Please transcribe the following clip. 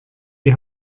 die